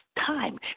time